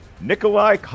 Nikolai